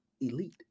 elite